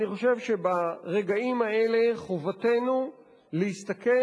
אני חושב שברגעים האלה חובתנו להסתכל